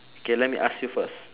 K let me ask you first